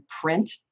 print